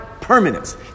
permanence